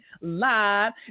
live